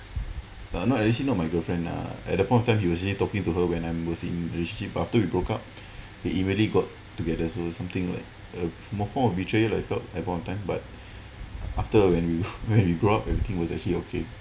but not actually not my girlfriend lah at that point of time he usually talking to her when I was in relationship but after we broke up they immediately got together so it's something like a form of betrayal I felt at that point of time but after when we when we grow up and we think it was actually okay